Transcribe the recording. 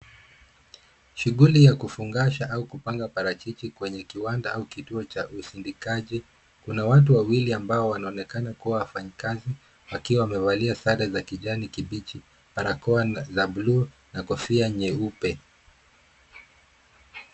Shuguli ya kufungasha au kupanga parachichi kwenye kiwanda au kituo cha usindikaji. Kuna watu wawili ambao wanaonekana kuwa wafanyikazi wakiwa wamevalia sare za kijani kibichi, barakoa za buluu na kofia nyeupe.